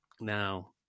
now